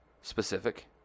specific